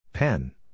Pen